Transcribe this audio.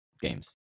games